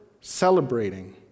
celebrating